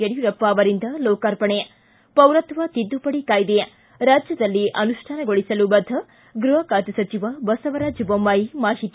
ಯಡಿಯೂರಪ್ಪ ಅವರಿಂದ ಲೋಕಾರ್ಪಣೆ ಪ್ರಾ ಪೌರತ್ವ ತಿದ್ದುಪಡಿ ಕಾಯ್ದೆ ರಾಜ್ಯದಲ್ಲಿ ಅನುಷ್ಠಾನಗೊಳಿಸಲು ಬದ್ದ ಗೃಹ ಖಾತೆ ಸಚಿವ ಬಸವರಾಜ್ ಬೊಮ್ಮಾಯಿ ಮಾಹಿತಿ